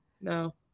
no